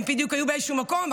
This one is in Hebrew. הן בדיוק היו באיזשהו מקום,